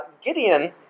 Gideon